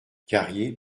carrier